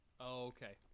Okay